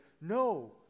no